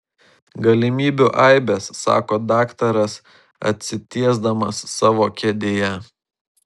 galimybių aibės sako daktaras atsitiesdamas savo kėdėje